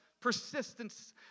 persistence